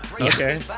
okay